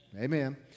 Amen